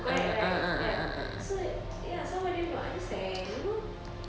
correct right ya so ya some of them don't understand you know